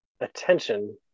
attention